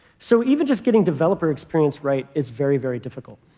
so even just getting developer experience right is very, very difficult.